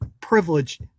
privilege